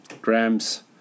grams